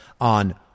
on